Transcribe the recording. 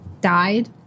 died